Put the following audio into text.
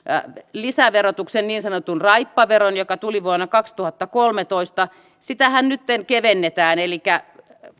lisäverotuksen niin sanotun raippaveron joka tuli vuonna kaksituhattakolmetoista sitähän nytten kevennetään elikkä